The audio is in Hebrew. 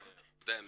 כל עובדי המשרד,